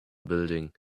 building